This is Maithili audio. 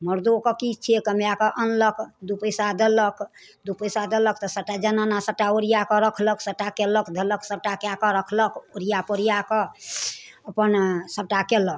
मर्दोके की छै कमाकऽ अनलक दू पैसा देलक दू पैसा देलक तऽ सभटा जनाना सभटा ओरिया कऽ रखलक सभटा कयलक धेलक सभटा कए कऽ रखलक ओरिया पोरिया कऽ अपन सभटा कयलक